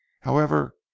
However